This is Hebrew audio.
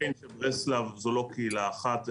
ברסלב זאת לא קהילה אחת,